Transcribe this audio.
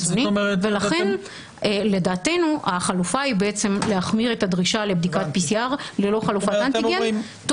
ולכן לדעתנו החלופה היא להחמיר את הדרישה לבדיקת PCR ללא חלופת אנטיגן,